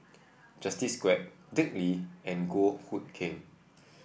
Justin Quek Dick Lee and Goh Hood Keng